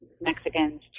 Mexicans